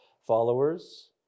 followers